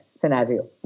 scenario